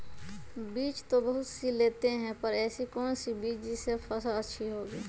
बीज तो बहुत सी लेते हैं पर ऐसी कौन सी बिज जिससे फसल अच्छी होगी?